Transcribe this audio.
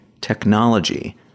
technology